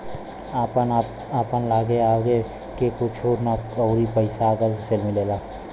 आपन लागे आवे के कुछु ना अउरी पइसा अलग से मिलेला